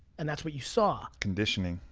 and that's what you saw. conditioning.